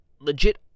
legit